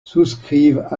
souscrivent